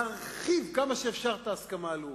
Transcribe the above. להרחיב כמה שיותר את ההסכמה הלאומית.